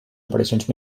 operacions